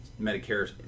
medicare